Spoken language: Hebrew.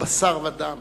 הבשר-ודם.